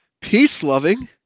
peace-loving